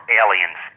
aliens